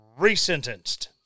resentenced